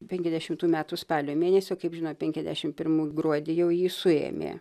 penkiasdešimtųjų metų spalio mėnesio kaip žinot penkiasdešim pirmų gruodį jau jį suėmė